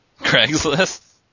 Craigslist